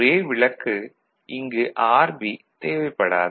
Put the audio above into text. ஒரே விலக்கு இங்கு RB தேவைப்படாது